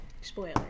Spoiler